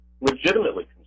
legitimately